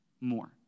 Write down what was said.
more